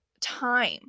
time